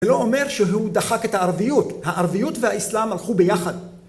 זה לא אומר שהוא דחק את הערביות. הערביות והאסלאם הלכו ביחד.